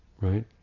right